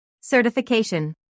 Certification